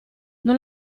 non